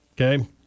Okay